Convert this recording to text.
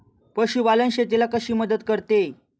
पशुपालन शेतीला कशी मदत करते?